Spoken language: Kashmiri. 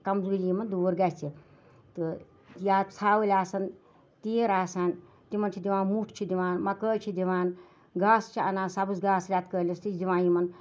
کَمزوٗری یِمَن دوٗر گَژھِ تہٕ یا ژھاوٕلۍ آسَن تیٖر آسَن تِمَن چھِ دِوان مُٹھ چھِ دِوان مَکٲے چھِ دِوان گاسہٕ چھِ اَنان سَبٕز گاسہٕ رٮ۪تکٲلِس تہِ دِوان یِمَن